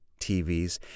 TVs